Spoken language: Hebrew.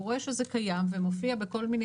והוא רואה שזה קיים והוא מופיע בכל מיני